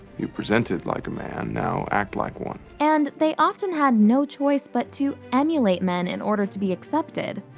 you presented like a man, now act like one. and they often had no choice but to emulate men in order to be accepted.